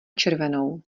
červenou